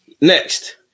Next